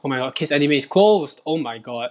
oh my god kiss anime is closed oh my god